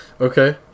Okay